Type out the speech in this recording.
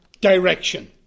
direction